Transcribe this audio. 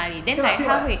so 很 cute [what]